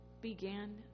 began